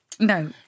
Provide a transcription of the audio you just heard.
No